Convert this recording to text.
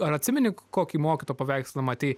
ar atsimeni kokį mokytojo paveikslą matei